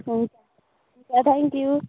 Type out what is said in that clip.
हुन्छ हुन्छ थ्याङ्कयू